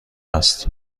است